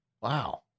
wow